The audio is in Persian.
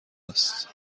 است